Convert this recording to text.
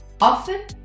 often